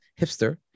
Hipster